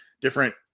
different